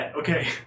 okay